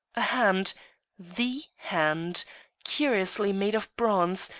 a hand the hand curiously made of bronze,